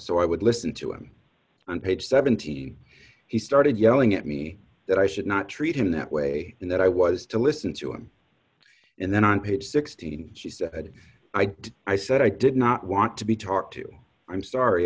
so i would listen to him on page seventeen he started yelling at me that i should not treat him that way and that i was to listen to him and then on page sixteen she said i did i said i did not want to be talked to i'm sorry